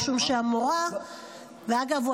ואגב,